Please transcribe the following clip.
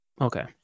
Okay